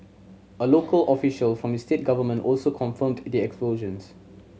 a local official from the state government also confirmed the explosions